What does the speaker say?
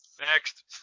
Next